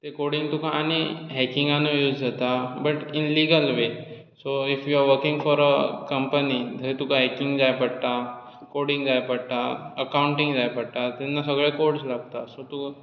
coding तुका आनी हेकिंगांतूय यूज जाता but in legal way so if your working for a company थंय तुका हेकिंग जाय पडटा कोडिंग जाय पडटा अकांउंटींग जाय पडटा तेन्ना सगळे कोड्स लागता सो तूं